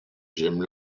j’aime